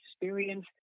experience